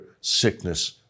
sickness